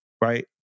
right